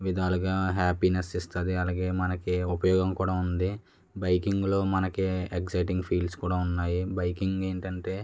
విధాలుగా హ్యాపీనెస్ ఇస్తుంది అలాగే మనకీ ఉపయోగం కూడా ఉంది బైకింగ్లో మనకీ ఎక్సైటింగ్ ఫీల్స్ కూడా ఉన్నాయి బైకింగ్ ఏంటంటే